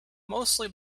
mostly